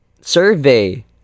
survey